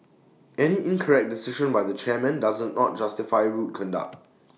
any incorrect decision by the chairman does not justify rude conduct